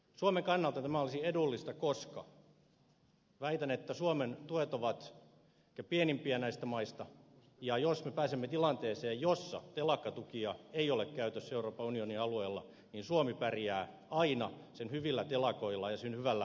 suomen kannalta tämä olisi edullista koska väitän että suomen tuet ovat ehkä pienimpiä näistä maista ja jos me pääsemme tilanteeseen jossa telakkatukia ei ole käytössä euroopan unionin alueella niin suomi pärjää aina sen hyvillä telakoilla ja sen hyvällä osaamisella